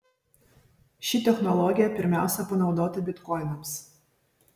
ši technologija pirmiausia panaudota bitkoinams